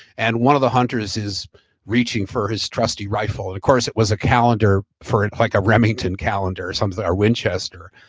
and one of the hunters is reaching for his trusty rifle. of course it was a calendar for it like a remington calendar or something or winchester,